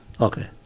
Okay